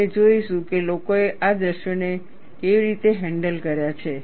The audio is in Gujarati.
અમે જોઈશું કે લોકોએ આ દૃશ્યોને કેવી રીતે હેન્ડલ કર્યા છે